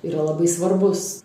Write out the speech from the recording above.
yra labai svarbus